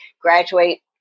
graduate